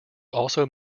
also